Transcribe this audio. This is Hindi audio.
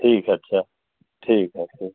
ठीक है अच्छा ठीक है फिर